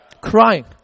Crying